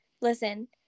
Listen